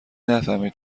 نفهمید